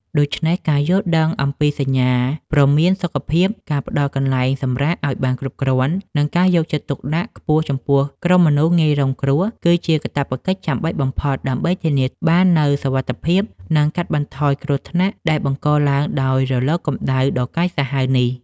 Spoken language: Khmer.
ដូច្នេះ ការយល់ដឹងអំពីសញ្ញាព្រមានសុខភាព ការផ្ដល់កន្លែងសម្រាកឱ្យបានគ្រប់គ្រាន់ និងការយកចិត្តទុកដាក់ខ្ពស់ចំពោះក្រុមមនុស្សងាយរងគ្រោះ គឺជាកាតព្វកិច្ចចាំបាច់បំផុតដើម្បីធានាបាននូវសុវត្ថិភាព និងកាត់បន្ថយគ្រោះថ្នាក់ដែលបង្កឡើងដោយរលកកម្ដៅដ៏កាចសាហាវនេះ។